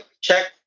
check